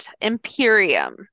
Imperium